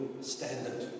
standard